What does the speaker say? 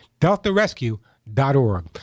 DeltaRescue.org